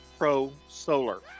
prosolar